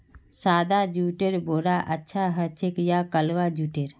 सादा जुटेर बोरा अच्छा ह छेक या कलवा जुटेर